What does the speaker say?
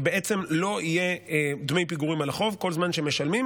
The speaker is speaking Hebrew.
ובעצם לא יהיו דמי פיגורים על החוב כל זמן שמשלמים,